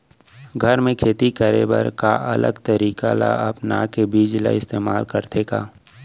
घर मे खेती करे बर का अलग तरीका ला अपना के बीज ला इस्तेमाल करथें का?